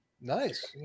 Nice